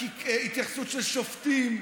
להתייחסות של שופטים,